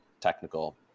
technical